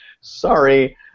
Sorry